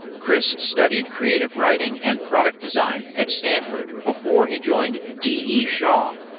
chris studied creative writing and product design at stanford before he joined d e. shaw,